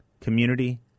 community